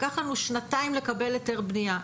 לקח לנו שנתיים לקבל היתר בנייה.